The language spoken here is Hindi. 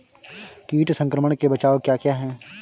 कीट संक्रमण के बचाव क्या क्या हैं?